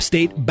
State